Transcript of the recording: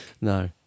No